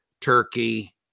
Turkey